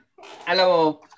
Hello